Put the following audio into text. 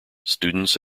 students